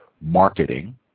marketing